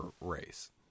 race